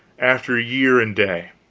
after year and day.